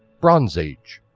bronze age